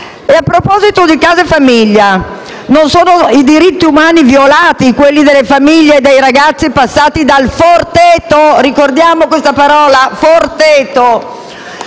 E a proposito di case famiglia, non sono diritti umani violati quelli delle famiglie e dei ragazzi passati da Il Forteto? Ricordiamo questa parola: Forteto?